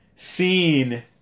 seen